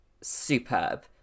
superb